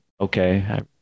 okay